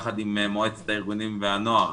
יחד עם מועצת ארגוני הנוער,